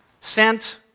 sent